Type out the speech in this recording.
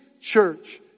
church